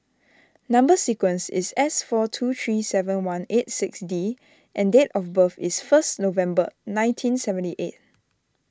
Number Sequence is S four two three seven one eight six D and date of birth is first November nineteen seventy eight